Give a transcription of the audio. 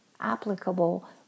applicable